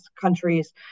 countries